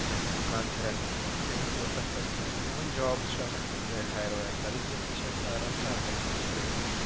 چاہے دُکان چھِ ریٚنٹَس پیٚٹھ تِم ہیکو أسۍ تَتھ مَنٛز ترٲیِتھ اِوِن جابٕس چھِ آسان کُنہِ جایہِ ہایر وایر کَرٕنۍ تِم تہِ چھِ ہیٚکان آرام سان تَتھ پٮ۪ٹھ ترٛٲیِتھ تہٕ